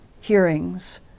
hearings